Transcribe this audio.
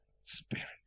spirit